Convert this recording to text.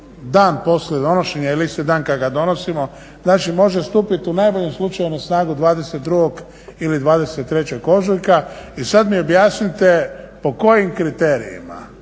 dan poslije donošenja ili isti dan kad ga donosimo, znači može stupiti u najboljem slučaju na snagu 22. ili 23. ožujka. I sad mi objasnite po kojim kriterijima,